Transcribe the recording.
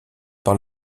par